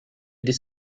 this